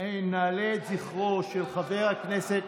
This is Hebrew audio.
נעלה את זכרו של חבר הכנסת,